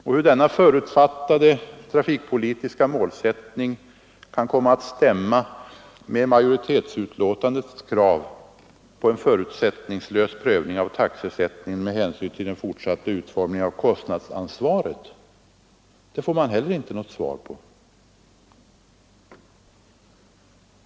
Och hur denna förutfattade mening om den trafikpolitiska målsättningen kan komma att stämma med majoritetens krav på en förutsättningslös prövning av taxesättningen med hänsyn till den fortsatta utformningen av kostnadsansvaret får vi heller inte något svar på.